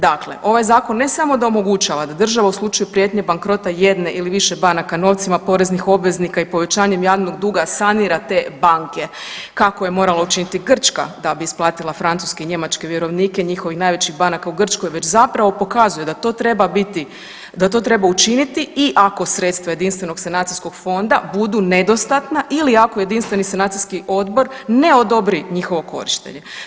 Dakle, ovaj zakon ne samo da omogućava da država u slučaju prijetnje bankrota jedne ili više banaka novcima poreznih obveznika i povećanjem javnog duga sanira te banke kako je morala učiniti Grčka da bi isplatila francuske i njemačke vjerovnike njihovih najvećih banaka u Grčkoj već zapravo pokazuje da to treba biti, da to treba učiniti i ako sredstva jedinstvenog sanacijskog fonda budu nedostatna ili ako jedinstveni sanacijski odbor ne odobri njihovo korištenje.